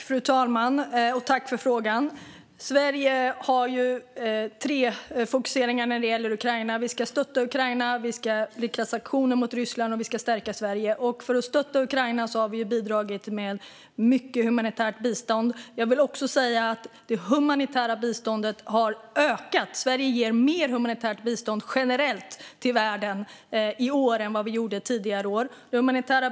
Fru talman! Jag tackar för frågan. Sverige har tre fokus när det gäller Ukraina: Vi ska stötta Ukraina, vi ska rikta sanktioner mot Ryssland och vi ska stärka Sverige. För att stötta Ukraina har vi bidragit med mycket humanitärt bistånd. Jag vill också säga att det humanitära biståndet har ökat. Sverige ger mer humanitärt bistånd generellt till världen i år än vad vi gjort tidigare år.